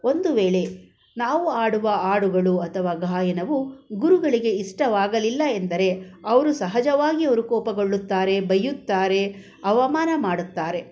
ಒಂದು ವೇಳೆ ನಾವು ಹಾಡುವ ಹಾಡುಗಳು ಅಥವಾ ಗಾಯನವು ಗುರುಗಳಿಗೆ ಇಷ್ಟವಾಗಲಿಲ್ಲ ಎಂದರೆ ಅವರು ಸಹಜವಾಗಿ ಅವರು ಕೋಪಗೊಳ್ಳುತ್ತಾರೆ ಬೈಯ್ಯುತ್ತಾರೆ ಅವಮಾನ ಮಾಡುತ್ತಾರೆ